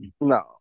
No